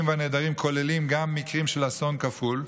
והנעדרים כוללים גם מקרים של אסון כפול,